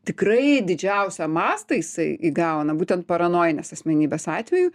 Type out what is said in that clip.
tikrai didžiausią mastą jisai įgauna būtent paranojinės asmenybės atveju